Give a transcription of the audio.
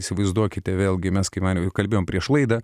įsivaizduokite vėlgi mes kai man jau kalbėjom prieš laidą